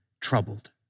troubled